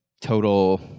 total